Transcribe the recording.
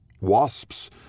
Wasps